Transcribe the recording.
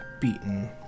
beaten